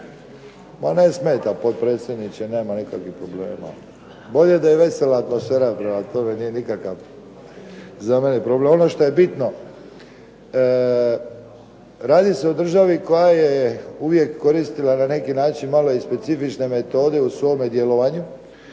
ne smeta potpredsjedniče, nema nikakvih problema. Bolje da je vesela atmosfera, prema tome nije nikakav za mene problem. Ono šta je bitno, radi se o državi koja je uvijek koristila na neki način malo i specifične metode u svome djelovanju,